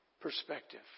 perspective